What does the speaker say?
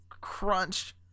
crunch